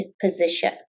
position